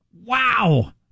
Wow